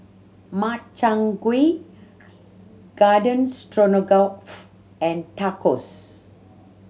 Makchang Gui Garden Stroganoff and Tacos